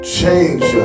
change